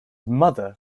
mother